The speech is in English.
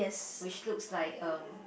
which looks like uh